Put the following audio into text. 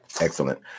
Excellent